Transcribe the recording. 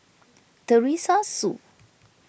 Teresa Hsu